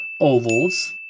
ovals